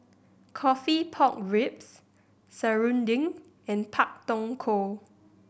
coffee pork ribs serunding and Pak Thong Ko